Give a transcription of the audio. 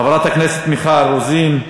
חברת הכנסת מיכל רוזין,